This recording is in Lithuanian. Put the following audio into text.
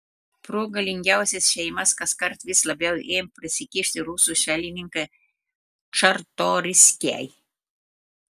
pro galingiausias šeimas kaskart vis labiau ėmė prasikišti rusų šalininkai čartoriskiai